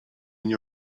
nie